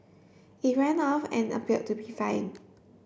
it ran off and appeared to be fining